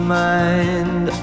mind